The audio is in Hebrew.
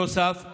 נוסף על